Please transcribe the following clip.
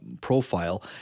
profile